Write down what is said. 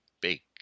bake